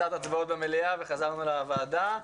קצת הצבעות במליאה וחזרנו לוועדה.